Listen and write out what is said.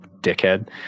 dickhead